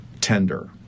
tender